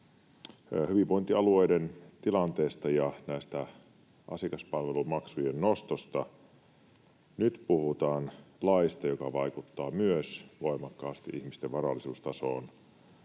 hyvinvointialueiden tilanteesta ja asiakaspalvelumaksujen nostosta. Nyt puhutaan laista, joka vaikuttaa myös voimakkaasti ihmisten varallisuustasoon,